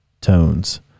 tones